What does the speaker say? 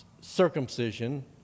circumcision